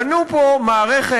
בנו פה מערכת